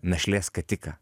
našlės skatiką